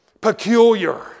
Peculiar